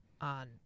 on